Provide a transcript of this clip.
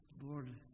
Lord